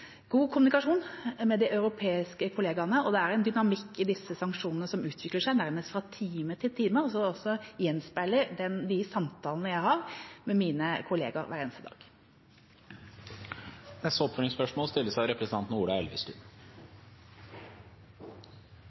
god kommunikasjon med de europeiske kollegaene. Det er en dynamikk i disse sanksjonene som utvikler seg nærmest fra time til time, og som også gjenspeiler de samtalene jeg har med mine kollegaer hver eneste dag. Ola Elvestuen – til oppfølgingsspørsmål.